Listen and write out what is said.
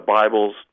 Bible's